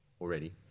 already